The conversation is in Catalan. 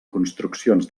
construccions